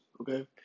okay